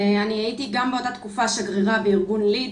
אני הייתי גם באותה תקופה שגרירה בארגון ליד,